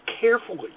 carefully